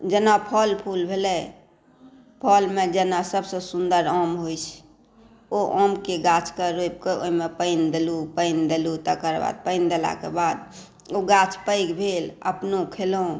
जेना फल फुल भेलै फलमे जेना सभसँ सुन्दर आम होइ छै ओ आमके गाछके रोपि कऽ ओहिमे पानि देलहुँ पानि देलहुँ तकर बाद पानि देलाके बाद ओ गाछ पैघ भेल अपनो खेलहुँ